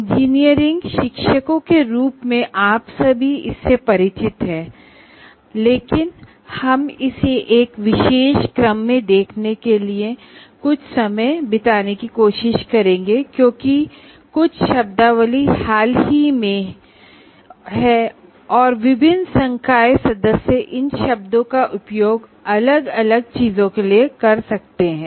engineering शिक्षकों के रूप में आप सभी इससे परिचित हैं लेकिन हम इसे एक विशेष क्रम में देखेंगे क्योंकि कुछ शब्दावली हाल ही में जुड़ी हैं और फैकल्टी मेंबर्स इन शब्दों का उपयोग अलग अलग चीजों के लिए कर सकते हैं